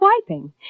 wiping